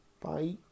Bye